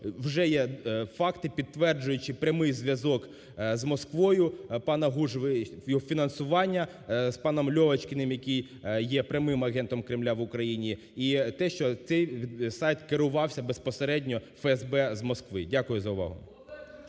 вже є факти, підтверджуючі прямий зв'язок з Москвою пана Гужви, його фінансування з паном Льовочкіним, який є прямим агентом Кремля в Україні, і те, що цей сайт керувався безпосередньо ФСБ з Москви. Дякую за увагу.